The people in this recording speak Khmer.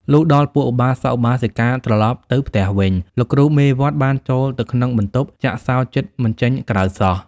លុះដល់ពួកឧបាសកឧបាសិកាត្រឡប់ទៅផ្ទះវិញ លោកគ្រូមេវត្តបានចូលទៅក្នុងបន្ទប់ចាក់សោជិតមិនចេញក្រៅសោះ។